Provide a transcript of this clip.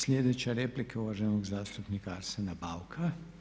Sljedeća replika je uvaženog zastupnika Arsena Bauka.